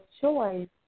choice